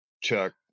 chuck